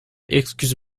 excuse